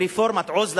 ברפורמת "עוז לתמורה",